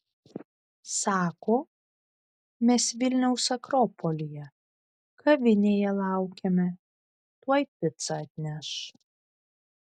sako mes vilniaus akropolyje kavinėje laukiame tuoj picą atneš